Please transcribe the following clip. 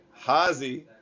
Hazi